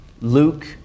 Luke